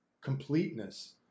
completeness